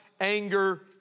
anger